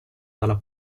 dalla